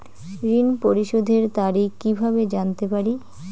ঋণ পরিশোধের তারিখ কিভাবে জানতে পারি?